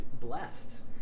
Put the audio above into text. blessed